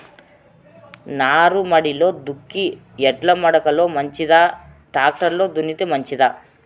నారుమడిలో దుక్కి ఎడ్ల మడక లో మంచిదా, టాక్టర్ లో దున్నితే మంచిదా?